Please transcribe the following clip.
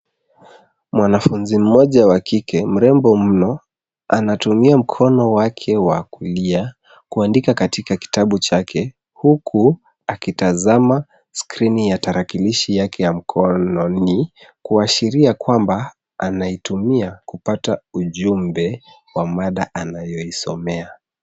Mwanafunzi mmoja wa kike mrembo mno, anatumia mkono wake wa kulia kuandika katika kitabu chake huku akitazama skrini ya tarakilishi yake ya mkononi kuashiria kwamba anaitumia kupata ujumbe wa mada anayoisomea.